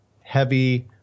heavy